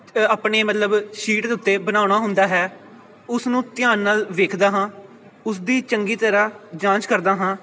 ਆਪਣੇ ਮਤਲਬ ਸ਼ੀਟ ਦੇ ਉੱਤੇ ਬਣਾਉਣਾ ਹੁੰਦਾ ਹੈ ਉਸ ਨੂੰ ਧਿਆਨ ਨਾਲ ਵੇਖਦਾ ਹਾਂ ਉਸਦੀ ਚੰਗੀ ਤਰ੍ਹਾਂ ਜਾਂਚ ਕਰਦਾ ਹਾਂ